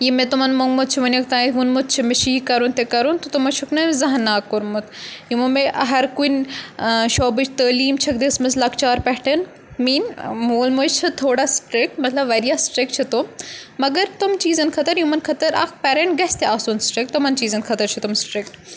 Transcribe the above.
یہِ مےٚ تمَن موٚنٛگمُت چھُ وٕنیُک تانۍ ووٚنمُت چھُ مےٚ چھُ یہِ کَرُن تہِ کَرُن تہٕ تٕمَن چھُکھ نہٕ مےٚ زانٛہہ نا کوٚرمُت یِمو مےٚ ہَر کُنہِ شوبٕچ تٲلیٖم چھَکھ دِژمٕژ لَکچار پیٚٹھ میٛٲنۍ مول موج چھِ تھوڑا سٹرکٹ مطلب واریاہ سِٹرک چھِ تِم مگر تِم چیٖزَن خٲطرٕ یِمَن خٲطرٕ اَکھ پیرینٛٹ گژھِ تہِ آسُن سِٹرک تِمَن چیٖزَن خٲطرٕ چھِ تِم سٹرکٹ